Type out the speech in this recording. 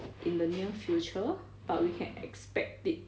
in the near future but we can expect it